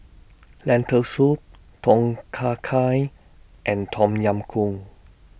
Lentil Soup Tom Kha Gai and Tom Yam Goong